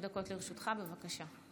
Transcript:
חמש דקות לרשותך, בבקשה.